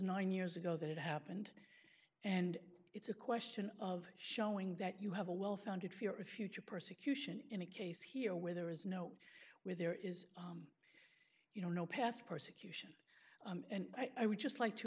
nine years ago that it happened and it's a question of showing that you have a well founded fear of future persecution in a case here where there is no where there is you know no past persecution and i would just like to